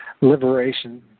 Liberation